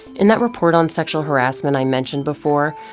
in that report on sexual harassment i mentioned before,